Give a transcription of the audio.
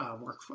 work